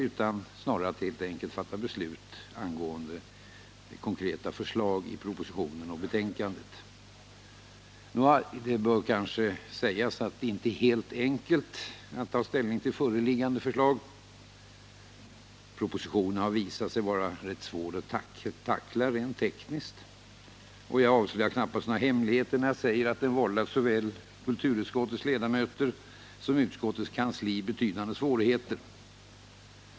Vad vi nu har att göra är helt enkelt att fatta beslut angående konkreta förslag i proposition och betänkande. Det bör kanske sägas att det inte är helt enkelt att ta ställning till föreliggande förslag. Propositionen har visat sig vara ganska svår att tackla rent tekniskt. Och jag avslöjar knappast några hemligheter när jag säger att den har vållat såväl kulturutskottets ledamöter som utskottets kansli betydande svårigheter.